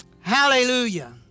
Hallelujah